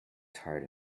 tired